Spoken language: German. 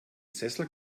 sessel